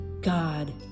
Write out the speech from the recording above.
God